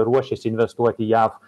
ruošias investuot į jav